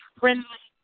friendly